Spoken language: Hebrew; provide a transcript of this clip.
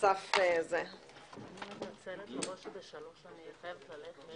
13:20 ונתחדשה בשעה 13:55.)